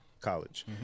college